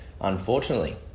unfortunately